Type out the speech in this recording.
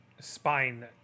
Spine